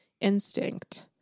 Instinct